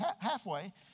halfway